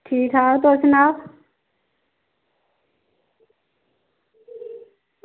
ठीक ठाक तुस सुनाओ